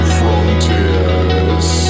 frontiers